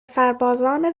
سربازان